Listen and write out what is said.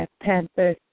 panther